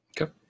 Okay